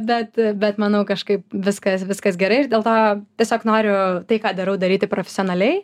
bet bet manau kažkaip viskas viskas gerai ir dėl to tiesiog noriu tai ką darau daryti profesionaliai